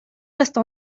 reste